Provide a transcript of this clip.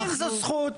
אם זו זכות